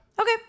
Okay